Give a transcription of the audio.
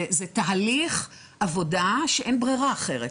זה תהליך עבודה שאין ברירה אחרת.